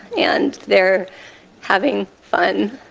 and they're having fun